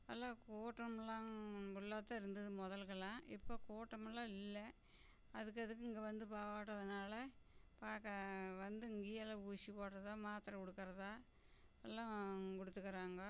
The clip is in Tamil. எல்லாம் கூட்டமெல்லாம் புல்லாகத்தான் இருந்தது முதலுக்கெல்லாம் இப்போ கூட்டமெல்லாம் இல்லை அதுக்கு அதுக்கு இங்கே வந்து போடறதுனால் பார்க்க வந்து இங்கேயெல்லாம் ஊசி போடுறதா மாத்திர கொடுக்குறதா எல்லாம் கொடுத்துக்குறாங்க